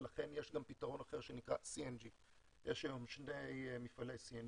ולכן יש גם פתרון אחר שנקרא CNG. יש היום שני מפעלי CNG,